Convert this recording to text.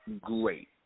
great